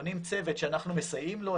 שאנחנו מסייעים לו.